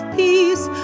peace